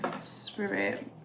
Spirit